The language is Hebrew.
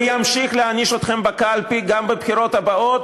וימשיך להעניש אתכם בקלפי גם בבחירות הבאות,